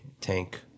tank